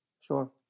sure